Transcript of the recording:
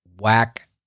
whack